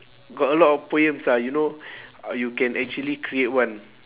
got a lot of poems lah you know you can actually create one